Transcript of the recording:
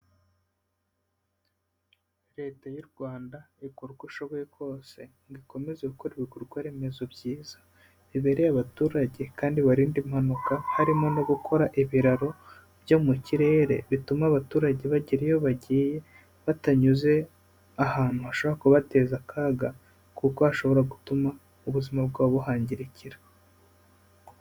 Leta y'u Rwanda igura uko ushoboye kose ngo ikomeze gukora ibikorwa remezo byiza bibereye abaturage kandi ibarinde impanuka harimo no gukora ibiraro byo mu kirere bituma abaturage bagira iyo bagiye batanyuze ahantu hashobora kubateza akaga kuko hashobora gutuma ubuzima bwabo buhangirikira.